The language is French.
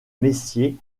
messier